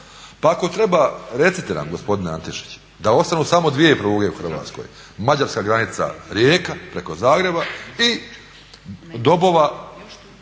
Pa ako treba, recite nam gospodine Antešić, da ostanu samo dvije pruge u Hrvatskoj, mađarska granica – Rijeka, preko Zagreba i Dobova